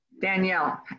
Danielle